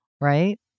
Right